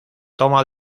toma